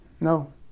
No